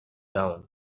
down